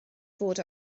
fod